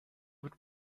would